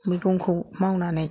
मैगंखौ मावनानै